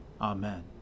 Amen